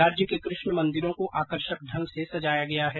राज्य के कृष्ण मन्दिरों को आकर्षक ढंग से सजाया गया है